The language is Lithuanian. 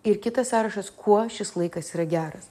ir kitas sąrašas kuo šis laikas yra geras